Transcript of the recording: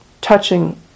touching